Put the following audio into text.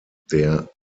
der